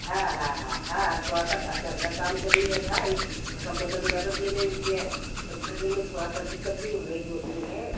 हाँ हाँ हाँ हाँ थोड़ा सा घर का काम कर लिया था इस सब बदन दर्द भी रहता है और चलने में थोड़ी सी दिक्क्त भी हो रही घुटने में